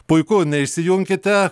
puiku neišsijunkite